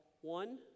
one